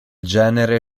genere